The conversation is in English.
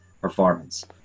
performance